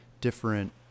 different